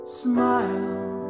smile